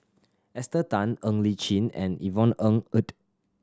Esther Tan Ng Li Chin and Yvonne Ng Uhde